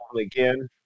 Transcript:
again